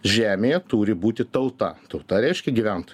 žemėje turi būti tauta tauta reiškia gyventoj